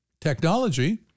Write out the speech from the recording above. technology